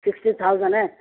sixty thousand ہے